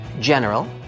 General